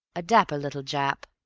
a dapper little jap,